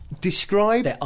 Describe